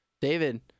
David